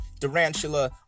Durantula